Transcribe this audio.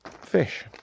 fish